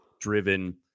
driven